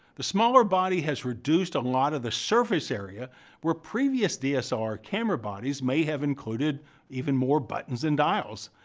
the smaller body has reduced a lot of the surface area where previous dslr camera bodies may have included even more buttons and dials,